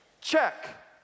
check